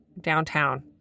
downtown